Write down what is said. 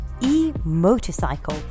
e-motorcycle